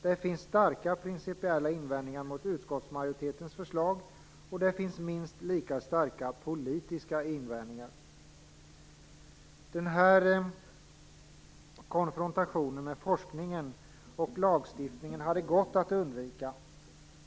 Det finns starka principiella invändningar mot utskottsmajoritetens förslag, och det finns minst lika starka politiska invändningar. Den här konfrontationen med forskningen och lagstiftningen hade gått att undvika.